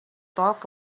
talk